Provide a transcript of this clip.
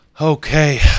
Okay